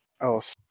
else